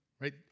Right